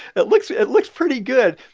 it looks it looks pretty good.